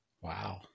Wow